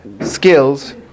skills